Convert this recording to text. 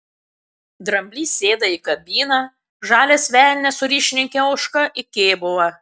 dramblys sėda į kabiną žalias velnias su ryšininke ožka į kėbulą